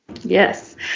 Yes